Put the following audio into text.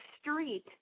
street